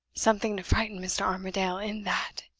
something to frighten mr. armadale in that!